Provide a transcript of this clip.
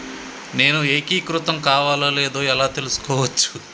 నేను ఏకీకృతం కావాలో లేదో ఎలా తెలుసుకోవచ్చు?